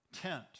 tent